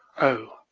oh,